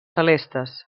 celestes